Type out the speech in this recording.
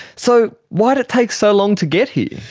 so why did it take so long to get here?